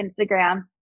Instagram